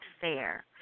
fair